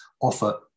offer